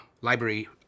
library